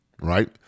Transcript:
right